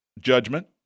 judgment